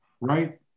right